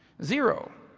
zero.